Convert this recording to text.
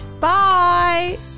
Bye